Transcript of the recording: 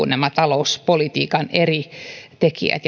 nämä talouspolitiikan eri tekijät